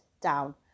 down